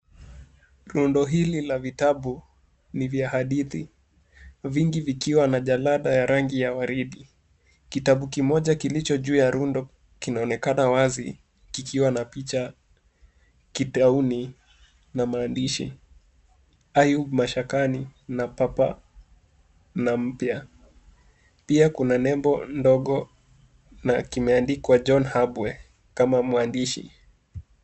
Rundo hili la vitabu ni vya hadithi vingi vikiwa na jalada ya rangi ya waridi. Kitabu kimoja kilicho juu ya rundo kinaonekana wazi kikiwa na picha kitauni na maandishi Ayub Mashakani na Papa na mpya. Pia, kuna nembo ndogo na kimeandikwa John Habwe kama mwandishi.